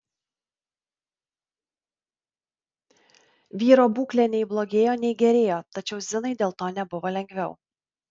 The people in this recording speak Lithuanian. vyro būklė nei blogėjo nei gerėjo tačiau zinai dėl to nebuvo lengviau